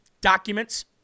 documents